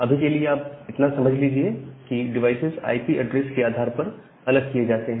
अभी के लिए इतना समझ समझ लीजिए कि डिवाइसेज आईपी एड्रेस के आधार पर अलग किए जाते हैं